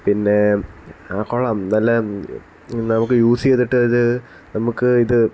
പിന്നെ കൊള്ളാം നല്ല നമുക്ക് യൂസ് ചെയ്തിട്ടത് ഇത് നമുക്ക് ഇത്